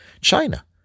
China